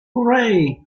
hooray